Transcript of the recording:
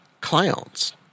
clowns